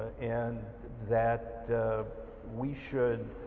and that we should